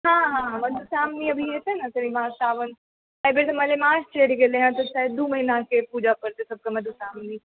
हँ हँ मधुश्रावणी अभी एतै नऽ सावन एहिबेर तऽ मलमास चढ़ि गेलै हँ शायद दू महिनाकेँ पुजा पड़तै सभके मधुश्रावणी